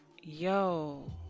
yo